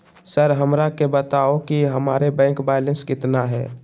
Sir हमरा के बताओ कि हमारे बैंक बैलेंस कितना है?